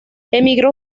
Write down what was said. emigró